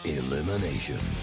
Elimination